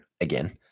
again